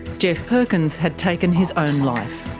geoff perkins had taken his own life.